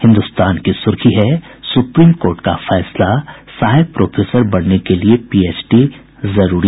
हिन्दुस्तान की सुर्खी है सुप्रीम कोर्ट का फैसला सहायक प्रोफेसर बनने के लिए पीएचडी जरूरी